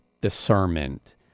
discernment